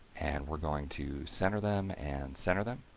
and we're going to center them and center them.